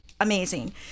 amazing